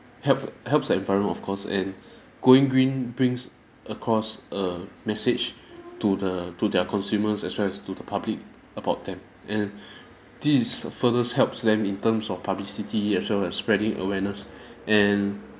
help helps the environment of course and going green brings across a message to the to their consumers as well as to the public about them and this furthers helps them in terms of publicity as well as spreading awareness and